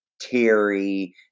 Terry